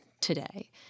today